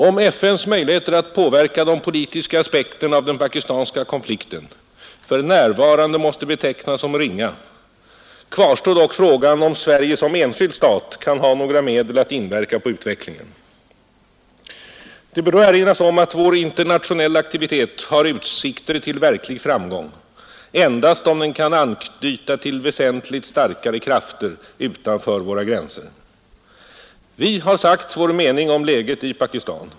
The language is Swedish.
Om FN:s möjligheter att påverka de politiska aspekterna av den pakistanska konflikten för närvarande måste betecknas som ringa, kvarstår dock frågan om Sverige som enskild stat kan ha några medel att inverka på utvecklingen. Det bör då erinras om att vår internationella aktivitet har utsikter till verklig framgång endast om den kan anknyta till väsentligt starkare krafter utanför våra gränser. Vi har sagt vår mening om läget i Pakistan.